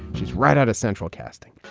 she's right out of central casting.